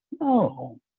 No